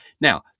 Now